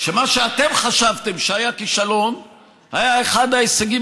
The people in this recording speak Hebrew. שמה שאתם חשבתם שהיה כישלון היה אחד ההישגים